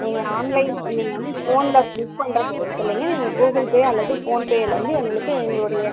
நீங்கள் ஆன்லைன் நீங்கள் வந்து ஃபோனில் புக் பண்ணுறது பெருசில்லைங்க நீங்கள் கூகுள் பே அல்லது ஃபோன் பேவில வந்து எங்களுக்கு எங்களுடைய